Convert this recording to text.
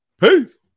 Peace